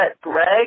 Greg